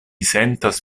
sentas